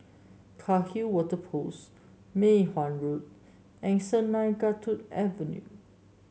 Cairnhill Water Post Mei Hwan Road and Sungei Kadut Avenue